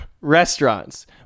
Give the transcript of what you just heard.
restaurants